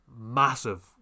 massive